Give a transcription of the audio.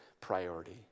Priority